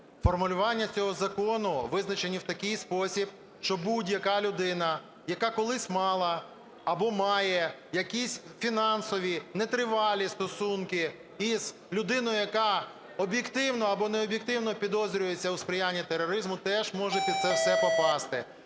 Формулювання цього закону визначені в такий спосіб, що будь-яка людина, яка колись мала або має якісь фінансові нетривалі стосунки із людиною, яка об’єктивно або необ'єктивно підозрюється у сприянні тероризму, теж може під це все попасти.